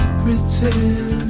pretend